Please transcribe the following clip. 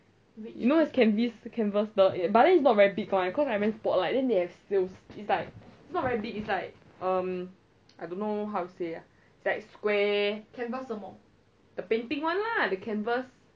you know how much can this canvas but then it's not very big [one] cause I went spotlight then they have sales it's like not very big it's like um I don't know how to say ah like square the painting [one] lah the canvas